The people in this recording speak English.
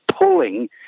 pulling